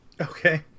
Okay